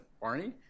Barney